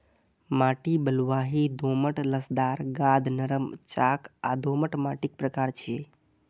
माटि बलुआही, दोमट, लसदार, गाद, नरम, चाक आ दोमट माटिक प्रकार छियै